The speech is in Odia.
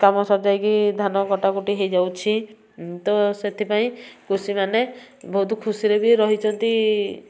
କାମ ସରିଯାଇକି ଧାନ କଟାକଟି ହେଇଯାଉଛି ତ ସେଥିପାଇଁ କୃଷି ମାନେ ବହୁତ ଖୁସିରେ ବି ରହିଛନ୍ତି